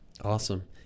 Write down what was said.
Awesome